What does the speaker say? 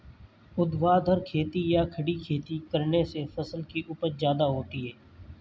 ऊर्ध्वाधर खेती या खड़ी खेती करने से फसल की उपज ज्यादा होती है